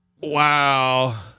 Wow